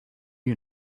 you